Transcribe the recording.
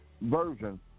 version